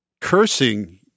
cursing